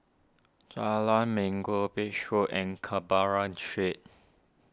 Jalan Minggu Beach Road and Canberra Street